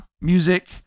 music